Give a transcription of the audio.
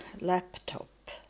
laptop